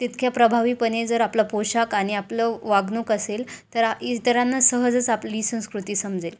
तितक्या प्रभावीपणे जर आपला पोषाख आणि आपलं वागणूक असेल तर आ इतरांना सहजच आपली संस्कृती समजेल